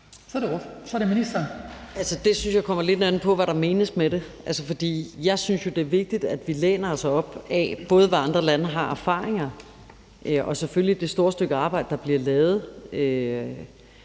(Pernille Rosenkrantz-Theil): Det synes jeg kommer lidt an på, hvad der menes med det. For jeg synes jo, det er vigtigt, at vi læner os op ad, både hvad andre lande har af erfaringer, og selvfølgelig det store stykke arbejde, der bliver lavet